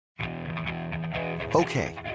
okay